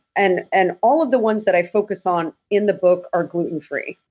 and and all of the ones that i focus on in the book are gluten free.